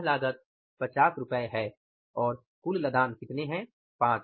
यह लागत 50 रु है और कुल लदान कितने हैं 5